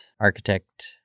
architect